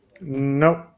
Nope